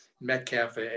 Metcalf